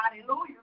Hallelujah